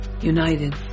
united